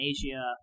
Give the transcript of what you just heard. Asia